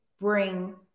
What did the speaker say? bring